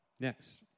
Next